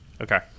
Okay